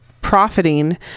profiting